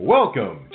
Welcome